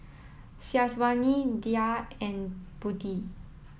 Syazwani Dhia and Budi